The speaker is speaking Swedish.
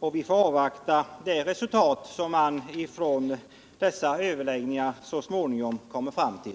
alltså avvakta det resultat som man vid dessa överläggningar så småningom kommer fram till.